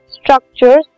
structures